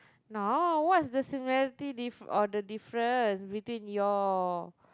no what is the similarity diff~ or difference between your